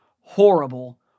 horrible